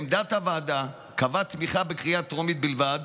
עמדת הוועדה קבעה תמיכה בקריאה טרומית בלבד,